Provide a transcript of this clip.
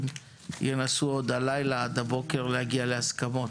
ינסו עוד הלילה עד הבוקר להגיע להסכמות.